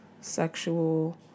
sexual